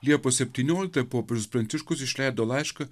liepos septynioliką popiežius pranciškus išleido laišką